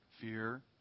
fear